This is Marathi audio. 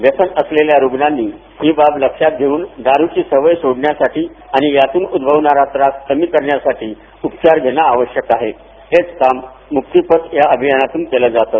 व्यसन असलेल्या रुग्णांनी ही बाब लक्षात घेऊन दारूची सवय सोडण्यासाठी आणि यातून उद्भवणारा त्रास कमी करण्यासाठी उपचार घेण आवश्यक आहे हेच काम मुक्तीपथ या अभियानातून केलं जातं